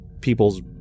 people's